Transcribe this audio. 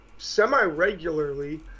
semi-regularly